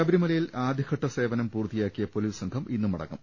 ശബരിമലയിൽ ആദ്യഘട്ടസേവനം പൂർത്തിയാക്കിയ പൊലീസ് സംഘം ഇന്ന് മടങ്ങും